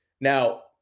Now